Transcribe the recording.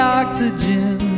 oxygen